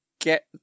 get